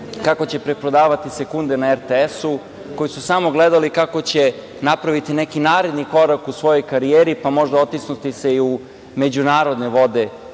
kako će preprodavati sekunde na RTS-u, koji su samo gledali kako će napraviti neki naredni korak u svojoj karijeri pa možda otisnuti se i u međunarodne vode